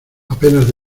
apenas